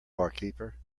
barkeeper